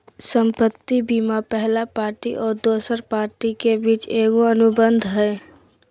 संपत्ति बीमा पहला पार्टी और दोसर पार्टी के बीच एगो अनुबंध हइ